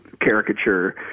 caricature